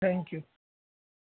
thank you